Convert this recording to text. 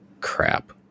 crap